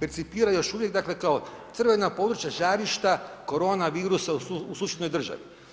percipira još uvijek, dakle kao crvena područja, žarišta koronavirusa u susjednoj državi.